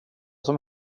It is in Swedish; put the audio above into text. som